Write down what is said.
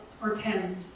pretend